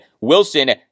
Wilson